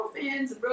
fans